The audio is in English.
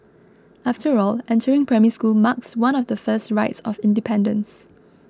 after all entering Primary School marks one of the first rites of independence